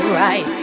right